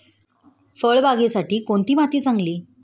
फळबागेसाठी कोणती माती चांगली?